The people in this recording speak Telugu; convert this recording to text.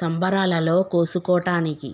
సంబరాలలో కోసుకోటానికి